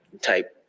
type